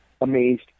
amazed